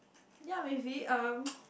yea maybe um